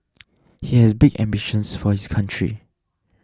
he has big ambitions for his country